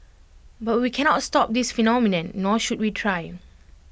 but we cannot stop this phenomenon nor should we try